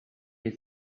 had